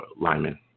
lineman